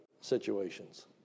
situations